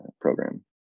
Program